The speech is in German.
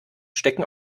stecken